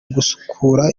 gusukura